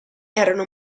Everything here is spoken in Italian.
erano